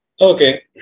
Okay